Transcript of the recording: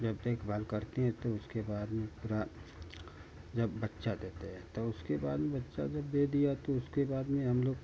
जब देख भाल करते हें तो उसके बाद में पूरा जब बच्चा देते हैं तो उसके बाद में बच्चा जब दे दिया तो उसके बाद में हम लोग